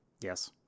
Yes